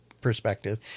perspective